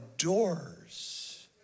adores